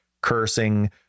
cursing